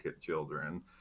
children